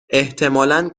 احتمالا